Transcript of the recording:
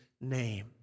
name